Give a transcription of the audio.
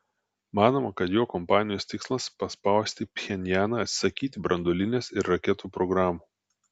manoma kad jo kampanijos tikslas paspausti pchenjaną atsisakyti branduolinės ir raketų programų